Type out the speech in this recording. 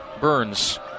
Burns